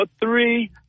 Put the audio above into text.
three